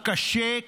קשה,